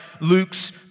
Luke's